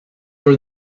are